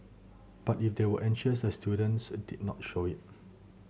but if they were anxious the students did not show it